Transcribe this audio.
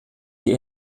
die